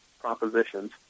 propositions